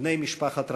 בני משפחת רבין,